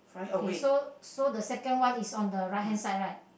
okay so so the second one is on the right hand side right